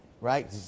right